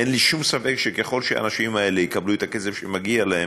אין לי שום ספק שככל שהאנשים האלה יקבלו את הכסף שמגיע להם,